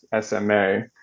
SMA